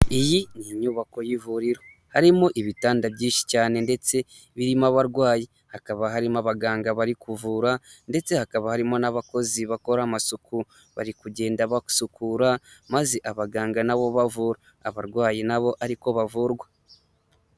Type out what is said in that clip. Iyi ni inyubako y'ivuriro, harimo ibitanda byinshi cyane ndetse birimo abarwayi, hakaba harimo abaganga bari kuvura ndetse hakaba harimo n'abakozi bakora amasuku bari kugenda basukura maze abaganga na bo bavura abarwayi na bo ari ko bavurwa.